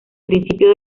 principio